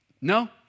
No